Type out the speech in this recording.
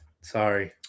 sorry